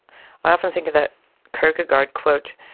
often think of that kierkegaard quote